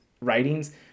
writings